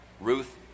Ruth